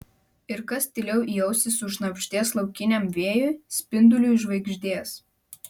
ir kas tyliau į ausį sušnabždės laukiniam vėjui spinduliui žvaigždės